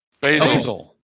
Basil